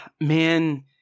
man